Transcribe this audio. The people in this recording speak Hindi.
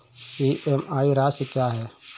ई.एम.आई राशि क्या है?